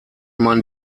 man